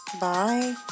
Bye